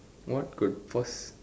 what could poss~